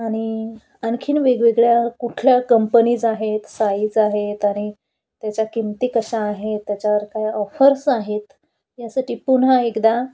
आणि आनखीन वेगवेगळ्या कुठल्या कंपनीज आहेत साईज आहेत आणि त्याच्या किंमती कशा आहेत त्याच्यावर काय ऑफर्स आहेत यासाठी पुन्हा एकदा